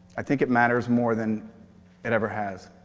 i think it matters more than it ever has.